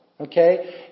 Okay